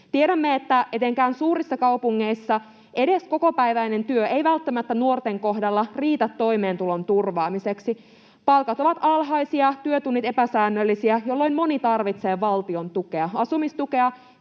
Tiedämme, että etenkään suurissa kaupungeissa edes kokopäiväinen työ ei välttämättä nuorten kohdalla riitä toimeentulon turvaamiseksi. Palkat ovat alhaisia, työtunnit epäsäännöllisiä, jolloin moni tarvitsee valtion tukea — asumistukea